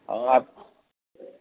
आओर आब